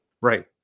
Right